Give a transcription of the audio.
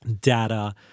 data